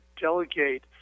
delegate